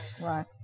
Right